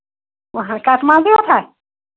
کَٹہٕ مازٕے یوت ہہ